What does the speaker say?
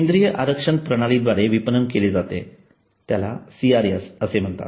केंद्रीय आरक्षण प्रणालीद्वारे विपणन केले जाते त्याला CRS असे म्हणतात